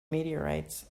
meteorites